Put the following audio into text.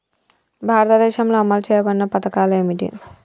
భారతదేశంలో అమలు చేయబడిన పథకాలు ఏమిటి?